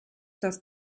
das